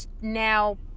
Now